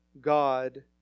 God